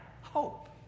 hope